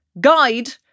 guide